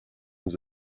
ens